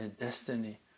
destiny